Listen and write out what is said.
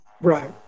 Right